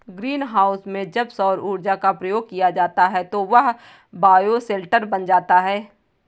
green house में जब सौर ऊर्जा का प्रयोग किया जाता है तो वह बायोशेल्टर बन जाता है